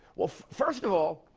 well, first of all,